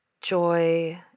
joy